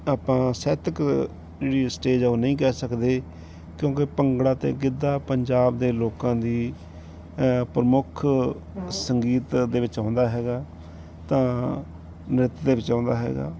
ਆਪਾਂ ਸਾਹਿਤਕ ਜਿਹੜੀ ਸਟੇਜ ਹੈ ਉਹ ਨਹੀਂ ਕਹਿ ਸਕਦੇ ਕਿਉਂਕਿ ਭੰਗੜਾ ਅਤੇ ਗਿੱਧਾ ਪੰਜਾਬ ਦੇ ਲੋਕਾਂ ਦੀ ਪ੍ਰਮੁੱਖ ਸੰਗੀਤ ਦੇ ਵਿੱਚ ਆਉਂਦਾ ਹੈਗਾ ਤਾਂ ਨ੍ਰਿਤ ਦੇ ਵਿੱਚ ਆਉਂਦਾ ਹੈਗਾ